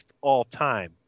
all-time